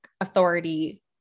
authority